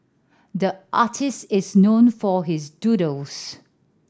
the artist is known for his doodles